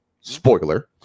spoiler